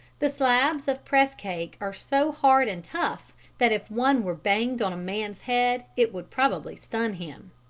the slabs of press-cake are so hard and tough that if one were banged on a man's head it would probably stun him.